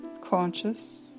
conscious